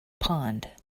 pond